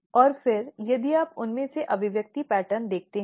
और फिर यदि आप उनमें से अभिव्यक्ति पैटर्न देखते हैं